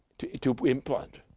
to to implement,